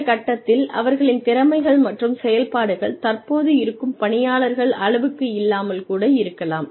இந்த கட்டத்தில் அவர்களின் திறமைகள் மற்றும் செயல்பாடுகள் தற்போது இருக்கும் பணியாளர்கள் அளவுக்கு இல்லாமல் கூட இருக்கலாம்